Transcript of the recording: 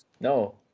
No